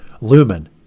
lumen